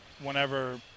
whenever